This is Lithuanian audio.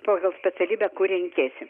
pagal specialybę kur renkiesi